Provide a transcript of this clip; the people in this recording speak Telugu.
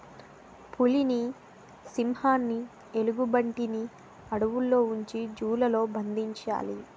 పులిని సింహాన్ని ఎలుగుబంటిని అడవుల్లో ఉంచి జూ లలో బంధించాలి